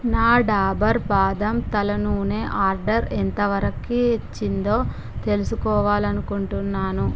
నా డాబర్ బాదం తల నూనె ఆర్డర్ ఎంతవరకిచ్చిందో తెలుసుకోవాలనుకుంటున్నాను